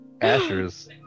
Asher's